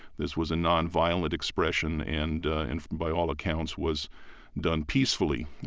this was a nonviolent expression and and by all accounts, was done peacefully.